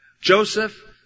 Joseph